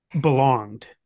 belonged